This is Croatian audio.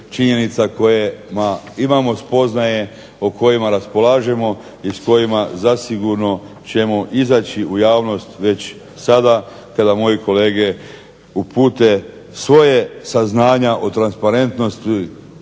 činjenica o kojima imamo spoznaje, o kojima raspolažemo i s kojima zasigurno ćemo izaći u javnost već sada kada moji kolege upute svoje saznanja o transparentnosti